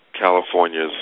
California's